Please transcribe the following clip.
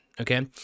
Okay